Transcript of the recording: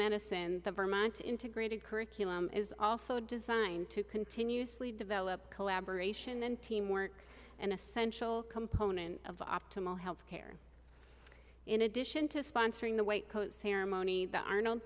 medicine and the vermont integrated curriculum is also designed to continuously develop collaboration and teamwork an essential component of optimal health care in addition to sponsoring the waco ceremony the arnold